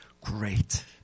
great